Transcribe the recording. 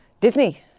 Disney